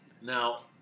Now